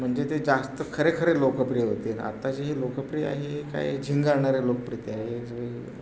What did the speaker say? म्हणजे ते जास्त खरेखरे लोकप्रिय होतील आत्ताची ही लोकप्रिय आहे काय झिंगाळणारे लोकप्रिय